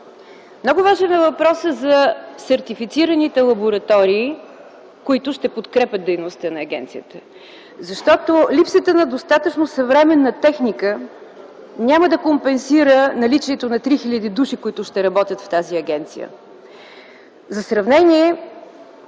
Много важен е въпросът за сертифицираните лаборатории, които ще подкрепят дейността на агенцията. Липсата на достатъчно съвременна техника няма да компенсира наличието на 3000 души, които ще работят в тази агенция. За сравнение